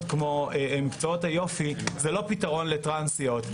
כמו מקצועות היופי - זה לא פיתרון לטרנסיות.